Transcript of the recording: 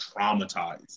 traumatized